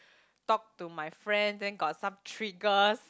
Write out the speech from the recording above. talk to my friend then got some triggers